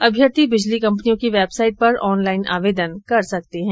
अभ्यर्थी बिजली कंपनियों की वेबसाईट पर ऑनलाईन आवेदन कर सकते है